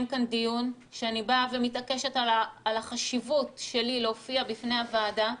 כאן דיון שאני באה ומתעקשת על החשיבות שלי להופיע בפני הוועדה,